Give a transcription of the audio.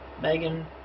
Megan